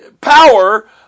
power